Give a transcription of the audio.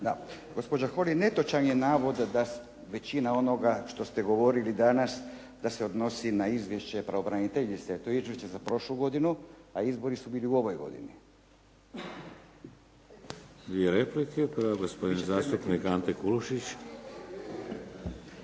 Gospođo Holy, netočan je navod da većina onoga što ste govorili danas da se odnosi na izvješće pravobraniteljice. To je izvješće za prošlu godinu a izbori su bili u ovoj godini. **Šeks, Vladimir (HDZ)** Dvije replike. Prvo je gospodin zastupnik Ante Kulušić.